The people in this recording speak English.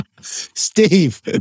Steve